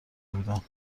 بودم